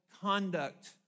conduct